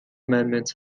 amendment